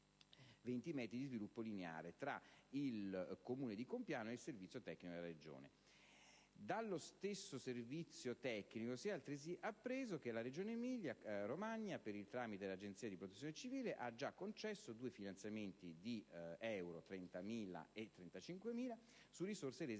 20 metri di sviluppo lineare, tra il Comune di Compiano e il servizio tecnico della Regione. Dallo stesso servizio tecnico si è altresì appreso che la Regione Emilia Romagna, per il tramite dell'Agenzia di protezione civile, ha già concesso due finanziamenti di 30.000 e 35.000 euro (su risorse rese